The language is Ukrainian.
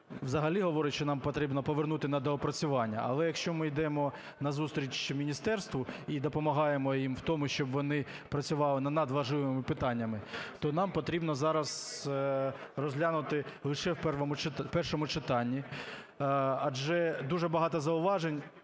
взагалі говорить, що нам потрібно повернути на доопрацювання. Але якщо ми йдемо на зустріч міністерству і допомагаємо їм в тому, щоб вони працювали над надважливими питаннями, то нам потрібно зараз розглянути лише в першому читанні. Адже дуже багато зауважень